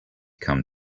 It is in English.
come